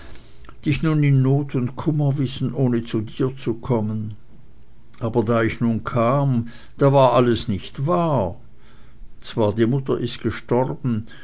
dich nun in not und kummer wissen ohne zu dir zu kommen aber da ich nun kam da war alles nicht wahr zwar die mutter ist gestorben